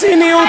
זאת הציניות